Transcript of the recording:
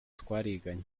twariganye